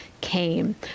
came